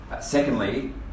Secondly